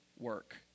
work